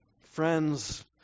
Friends